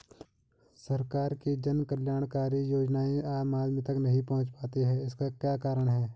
सरकार की जन कल्याणकारी योजनाएँ आम आदमी तक नहीं पहुंच पाती हैं इसका क्या कारण है?